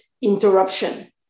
interruption